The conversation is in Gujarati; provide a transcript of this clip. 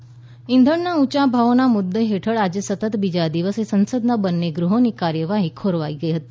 સંસદ ઇંધણના ઊંચા ભાવોના મુદ્દા હેઠળ આજે સતત બીજા દિવસે સંસદના બંને ગૃહોની કાર્યવાહી ખોરવાઈ ગઈ હતી